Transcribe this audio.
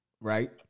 right